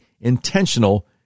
intentional